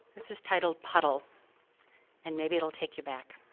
this is titled puddle and maybe it'll take you back.